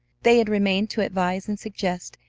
they had remained to advise and suggest,